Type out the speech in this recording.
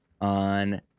on